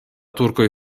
turkoj